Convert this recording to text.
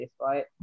right